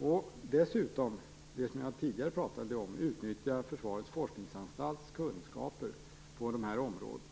och dessutom det som jag tidigare talade om, nämligen Försvarets forskningsanstalts kunskaper på de här områdena.